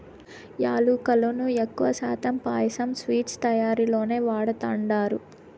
యాలుకలను ఎక్కువ శాతం పాయసం, స్వీట్స్ తయారీలోనే వాడతండారు